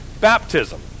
baptism